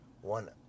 one